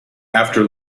after